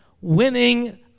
winning